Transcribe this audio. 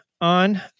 on